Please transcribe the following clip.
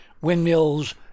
windmills